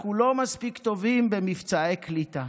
אנחנו לא מספיק טובים במבצעי קליטה.